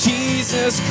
Jesus